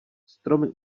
stromy